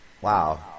Wow